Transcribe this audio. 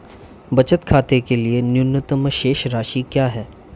बचत खाते के लिए न्यूनतम शेष राशि क्या है?